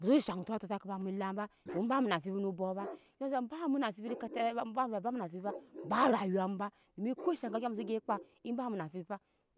Mu so ye shaŋ etira to sa kapamu elam ba dom ba mu na amfibi no bok ba she shaŋ ba mu na amfibi de kata rai ba eba mu vɛ ba mu na amfibi ba rayuwamu ba domu ko sshe ga gyi mu so gyap kpa eba mu na amfibi